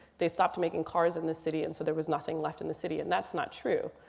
they stopped making cars in the city. and so there was nothing left in the city. and that's not true.